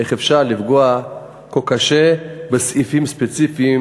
איך אפשר לפגוע כה קשה בסעיפים ספציפיים